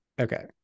okay